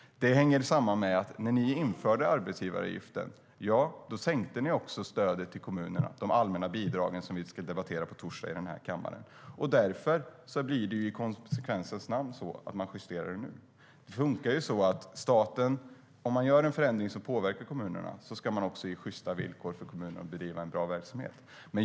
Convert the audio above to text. Det hänger samman med att när ni införde arbetsgivaravgiften sänkte ni också stödet till kommunerna, det vill säga de allmänna bidrag vi ska debattera på torsdag i kammaren. Därför blir det i konsekvensens namn så att den justeras nu. Om staten gör en förändring som påverkar kommunerna ska staten också ge sjysta villkor för kommunerna att bedriva en bra verksamhet.